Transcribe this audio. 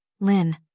Lin